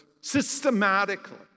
Systematically